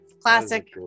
Classic